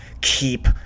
Keep